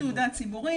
כן, צריך תעודה ציבורית.